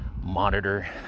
monitor